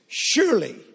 Surely